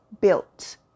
built